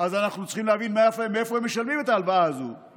אז אנחנו צריכים להבין מאיפה הם משלמים את ההלוואה הזו,